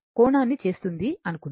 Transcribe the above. కోణాన్ని చేస్తుంది అనుకుందాం